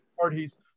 parties